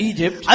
Egypt